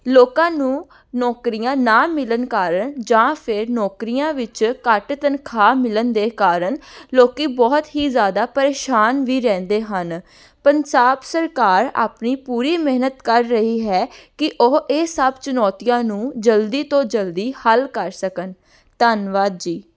ਲੋਕਾਂ ਨੂੰ ਨੌਕਰੀਆਂ ਨਾ ਮਿਲਣ ਕਾਰਣ ਜਾਂ ਫਿਰ ਨੌਕਰੀਆਂ ਵਿੱਚ ਘੱਟ ਤਨਖਾਹ ਮਿਲਣ ਦੇ ਕਾਰਣ ਲੋਕ ਬਹੁਤ ਹੀ ਜ਼ਿਆਦਾ ਪਰੇਸ਼ਾਨ ਵੀ ਰਹਿੰਦੇ ਹਨ ਪੰਜਾਬ ਸਰਕਾਰ ਆਪਣੀ ਪੂਰੀ ਮਿਹਨਤ ਕਰ ਰਹੀ ਹੈ ਕਿ ਉਹ ਇਹ ਸਭ ਚੁਣੌਤੀਆਂ ਨੂੰ ਜਲਦੀ ਤੋਂ ਜਲਦੀ ਹੱਲ ਕਰ ਸਕਣ ਧੰਨਵਾਦ ਜੀ